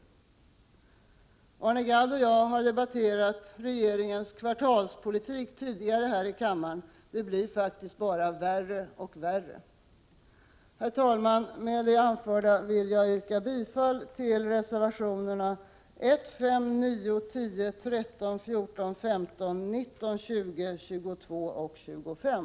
Arne Gadd och jag har debatterat regeringens kvartalspolitik tidigare här i kammaren — det bli faktiskt bara värre och värre! Herr talman! Med det anförda vill jag yrka bifall till reservationerna 1, 5,9, 10, 13, 14, 15, 19, 20, 22 och 25.